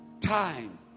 Time